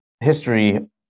history